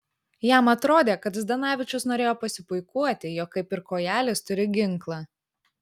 jam atrodė kad zdanavičius norėjo pasipuikuoti jog kaip ir kojelis turi ginklą